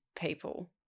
people